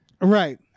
Right